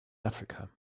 africa